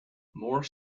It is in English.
more